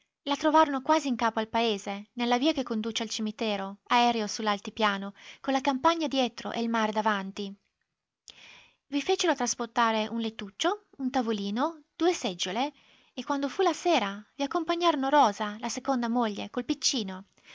la trovarono quasi in capo al paese nella via che conduce al cimitero aereo su l'altipiano con la campagna dietro e il mare davanti i fecero trasportare un lettuccio un tavolino due seggiole e quando fu la sera vi accompagnarono rosa la seconda moglie col piccino